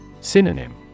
Synonym